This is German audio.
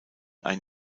ein